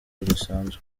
budasanzwe